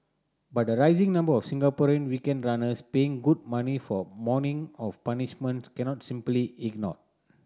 but the rising number of Singaporean weekend runners paying good money for a morning of punishment cannot simply ignored